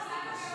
מה זה קשור?